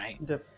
Right